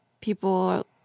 people